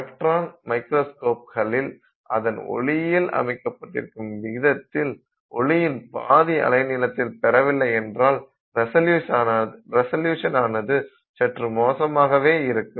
electron மைக்ரோஸ்கோப்களில் அதன் ஒளியியல் அமைக்கப்பட்டிருக்கும் விதத்தில் ஓளியின் பாதி அலைநீளத்தை பெறவில்லை என்றால் ரிசல்யுசனானது சற்று மோசமானதாகவே இருக்கும்